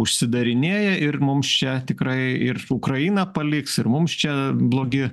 užsidarinėja ir mums čia tikrai ir ukrainą paliks ir mums čia blogi